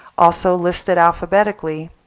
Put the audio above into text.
also listed alphabetically.